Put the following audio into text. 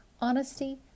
honesty